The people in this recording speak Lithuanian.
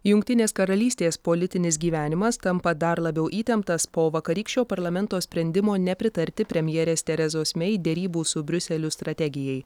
jungtinės karalystės politinis gyvenimas tampa dar labiau įtemptas po vakarykščio parlamento sprendimo nepritarti premjerės terezos mei derybų su briuseliu strategijai